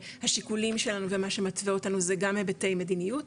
והשיקולים שלנו ומה שמתווה אותנו זה גם היבטי מדיניות